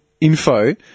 info